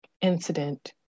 incident